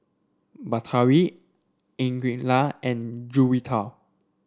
Batari Aqeelah and Juwita